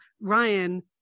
Ryan